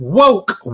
woke